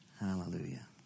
Hallelujah